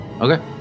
okay